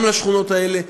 גם בשכונות האלה,